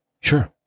Sure